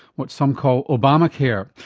what some call obamacare.